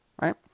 right